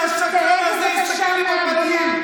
אני רוצה שהשקרן הזה יסתכל לי בפנים.